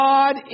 God